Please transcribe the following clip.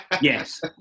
Yes